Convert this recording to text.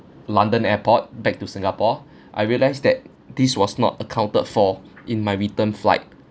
london airport back to singapore I realised that this was not accounted for in my return flight